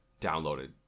downloaded